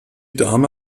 dame